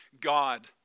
God